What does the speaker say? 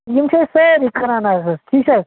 یم چھِ أسۍ سٲرے کٕنان از حظ ٹھیٖک چھِ حظ